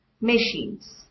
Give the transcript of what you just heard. machines